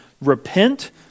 Repent